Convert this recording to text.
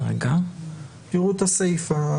תראו את הסיפה.